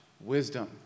wisdom